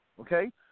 Okay